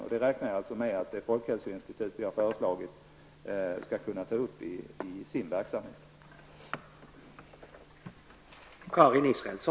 Jag räknar med att det folkhälsoinstitut som vi har föreslagit skall kunna ta upp detta i sin verksamhet.